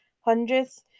hundreds